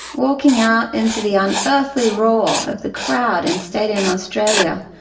walking out into the unearthly roar of the crowd in stadium australia,